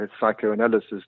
psychoanalysis